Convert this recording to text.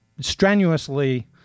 strenuously